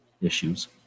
issues